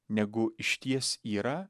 negu išties yra